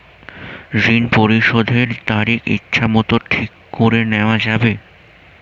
ঋণ পরিশোধের তারিখ ইচ্ছামত ঠিক করে নেওয়া যাবে?